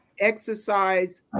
exercise